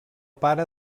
pare